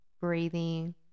breathing